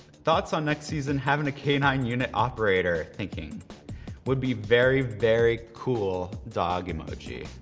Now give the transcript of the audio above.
thoughts on next season having a k nine unit operator? thinking would be very, very cool, dog emoji.